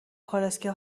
کالسکه